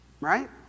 Right